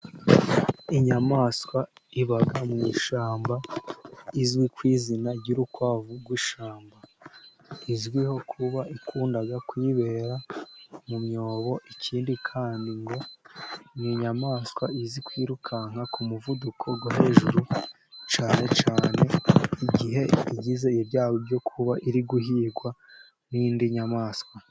Inyamaswa iba mu ishyamba, izwi ku izina ry'urukwavu, rw'ishamba izwiho kuba ikunda kwibera mu myobo, ikindi kandi ngo ni'inyamaswa izwiho kwirukanka ku muvuduko wo hejuru, cyane cyane igihe igize ibyago byo kuba iri guhigwa n'indi nyamaswa.